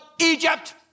Egypt